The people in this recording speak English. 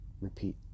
Repeat